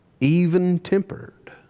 even-tempered